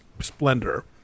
splendor